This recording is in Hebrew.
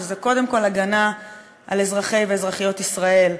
שזה קודם כול הגנה על אזרחי ואזרחיות ישראל,